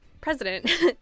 president